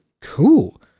cool